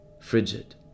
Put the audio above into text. frigid